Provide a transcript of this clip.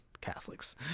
catholics